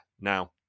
now